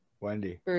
Wendy